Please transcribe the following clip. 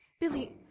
Billy